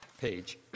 page